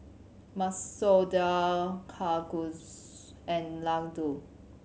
Masoor Dal Kalguksu and Ladoo